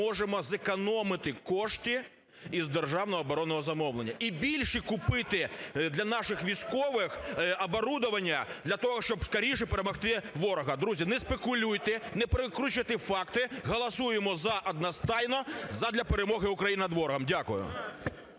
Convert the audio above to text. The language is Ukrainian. ми можемо зекономити кошти з Державного оборонного замовлення, і більше купити для наших військових оборудованія для того, щоб скоріше перемогти ворога. Друзі, не спекулюйте, не перекручуйте факти, голосуємо "за" одностайно задля перемоги України над ворогом. Дякую.